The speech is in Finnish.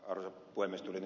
arvoisa puhemies